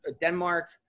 Denmark